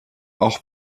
auch